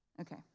Okay